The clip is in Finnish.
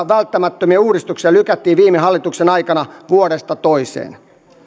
välttämättömiä uudistuksia lykättiin viime hallituksen aikana vuodesta toiseen